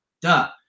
Duh